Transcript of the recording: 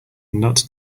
not